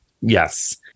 Yes